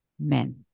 men